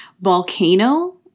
Volcano